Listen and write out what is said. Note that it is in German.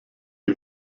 die